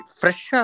fresh